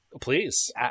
Please